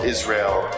Israel